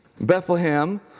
Bethlehem